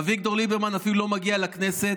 אביגדור ליברמן אפילו לא מגיע לכנסת.